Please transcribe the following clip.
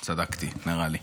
צדקתי, נראה לי.